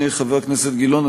חבר הכנסת גילאון,